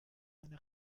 meine